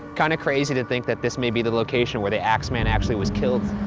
kinda crazy to think that this may be the location where the axeman actually was killed.